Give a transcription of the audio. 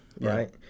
right